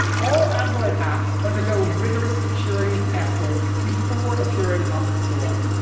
all android apps undergo rigorous security testing before appearing on the store.